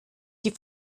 die